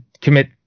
commit